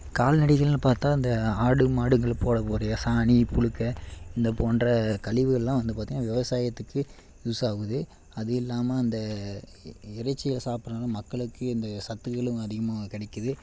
கால்நடைகள்னு பார்த்தா இந்த ஆடு மாடுகளும் போடக்கூடிய சாணி புலுக்கை இந்த போன்ற கழிவுகள்லாம் வந்து பார்த்தீங்கன்னா விவசாயத்துக்கு யூஸ் ஆகுது அது இல்லாமல் அந்த இ இறைச்சிகளை சாப்பிட்றனால மக்களுக்கு இந்த சத்துக்களும் அதிகமாக கிடைக்கிது